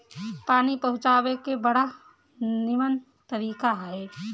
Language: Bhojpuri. पानी पहुँचावे के बड़ा निमन तरीका हअ